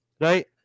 right